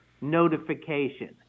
notification